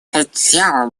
хотел